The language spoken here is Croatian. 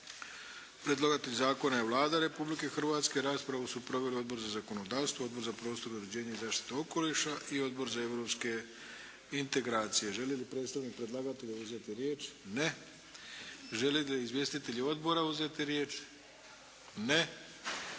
Predlagatelj zakona je Vlada Republike Hrvatske. Raspravu su proveli Odbor za zakonodavstvo, Odbor za prostorno uređenje i zaštitu okoliša i Odbor za europske integracije. Želi li predstavnik predlagatelja uzeti riječ? Ne. Žele li izvjestitelji odbora uzeti riječ? Ne.